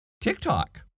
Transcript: TikTok